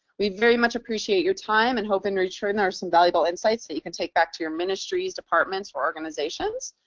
we very much appreciate your time and hope in return there are some valuable insights that you can take back to your ministries, departments or organizations.